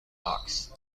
box